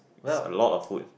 is a lot of food